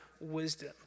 wisdom